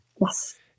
Yes